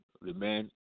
remain